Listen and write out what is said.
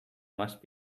must